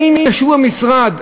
האם ישבו במשרד,